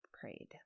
prayed